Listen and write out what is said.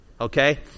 okay